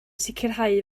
sicrhau